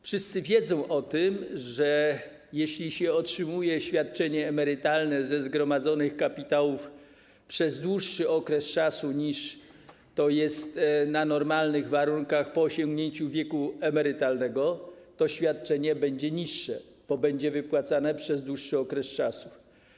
Wszyscy wiedzą o tym, że jeśli otrzymuje się świadczenie emerytalne ze zgromadzonych kapitałów przez dłuższy czas niż na normalnych warunkach po osiągnięciu wieku emerytalnego, to świadczenie będzie niższe, bo będzie wypłacane przez dłuższy czas.